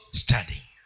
studying